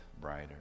brighter